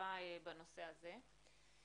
החשיבה בנושא הזה?